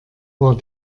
war